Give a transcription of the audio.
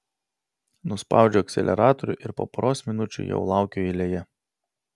nuspaudžiu akceleratorių ir po poros minučių jau laukiu eilėje